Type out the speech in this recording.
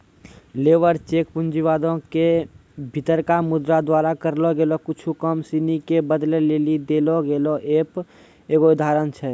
labour cheque पूँजीवादो के भीतरका मुद्रा द्वारा करलो गेलो कुछु काम सिनी के बदलै लेली देलो गेलो एगो उपकरण छै